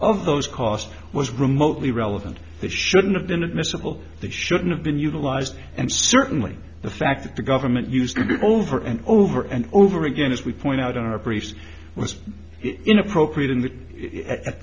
of those costs was remotely relevant that shouldn't have been admissible they shouldn't have been utilized and certainly the fact that the government used over and over and over again as we point out in our briefs was inappropriate in